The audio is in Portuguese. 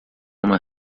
uma